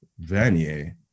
Vanier